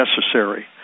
necessary